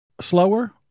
Slower